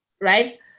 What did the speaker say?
right